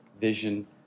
vision